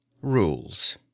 Rules